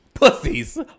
Pussies